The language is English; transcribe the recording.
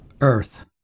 earth